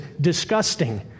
disgusting